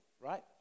right